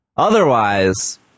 Otherwise